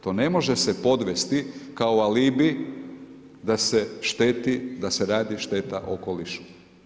To ne može se podvesti kao alibi, da se šteti, da se radi šteta okolišu.